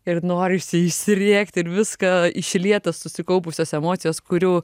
ir norisi išsirėkt ir viską išliet susikaupusias emocijas kurių